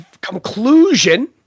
conclusion